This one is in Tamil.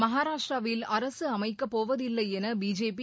மகாராஷ்டிராவில் அரசு அமைக்கப்போவதில்லை என பிஜேபி